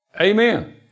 Amen